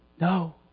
no